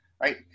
right